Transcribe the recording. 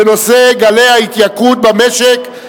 בנושא: גלי ההתייקרות במשק,